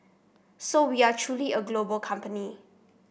so we are truly a global company